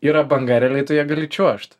yra banga reliai tu ja gali čiuožt